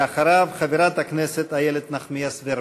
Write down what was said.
ואחריו, חברת הכנסת איילת נחמיאס ורבין.